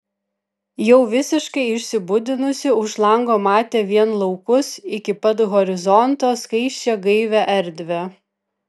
jau visiškai išsibudinusi už lango matė vien laukus iki pat horizonto skaisčią gaivią erdvę